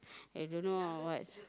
I don't know or what